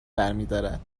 برمیدارد